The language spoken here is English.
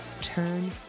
Turn